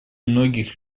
многих